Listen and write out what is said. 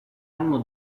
anno